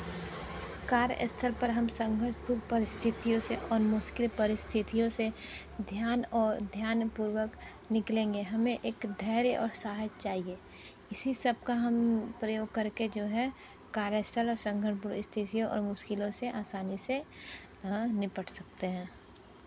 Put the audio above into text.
कार्यस्थल पर हम संदर्भ पूर्ण परिस्थितियों से और मुश्किल परिस्थितियों से ध्यान और ध्यानपूर्वक निकलेंगे हमें एक धैर्य और साहस चाहिए इसी सबका हम प्रयोग करके जो है कार्य स्थल और संघर्ष पूर्ण स्थिति और मुश्किलों से आसानी से हाँ निपट सकते हैं